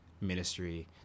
ministry